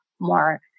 more